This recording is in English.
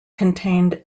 contained